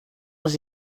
les